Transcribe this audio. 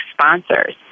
sponsors